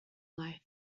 life